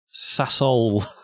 Sassol